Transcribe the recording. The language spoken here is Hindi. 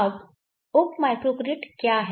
अब उप माइक्रोग्रिड क्या है